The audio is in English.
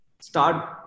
start